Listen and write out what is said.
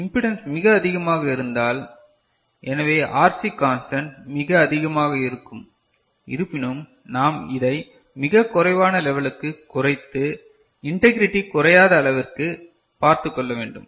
impedance மிக அதிகமாக இருந்தாலும் எனவே ஆர்சி கான்ஸ்டன்ட் மிக அதிகமாக இருக்கும் இருப்பினும் நாம் இதை மிகக் குறைவான லெவலுக்கு குறைந்து இண்டெகிரைடி குறையாத அளவிற்கு பார்த்துக் கொள்ள வேண்டும்